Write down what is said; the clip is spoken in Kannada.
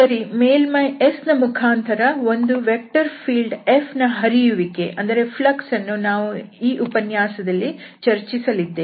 ಸರಿ ಮೇಲ್ಮೈ S ನ ಮುಖಾಂತರ ಒಂದು ವೆಕ್ಟರ್ ಫೀಲ್ಡ್ F ನ ಹರಿಯುವಿಕೆ ಯನ್ನು ನಾವು ಈ ಉಪನ್ಯಾಸದಲ್ಲಿ ಚರ್ಚಿಸಲಿದ್ದೇವೆ